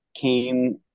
came